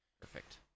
Perfect